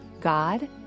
God